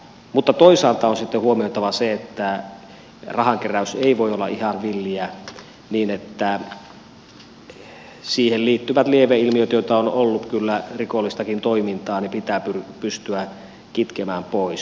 mutta toisaalta on sitten huomioitava se että rahankeräys ei voi olla ihan villiä ja että siihen liittyvät lieveilmiöt joita on ollut kyllä rikollistakin toimintaa pitää pystyä kitkemään pois